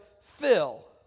fill